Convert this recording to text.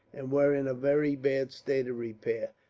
and were in a very bad state of repair.